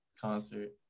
Concert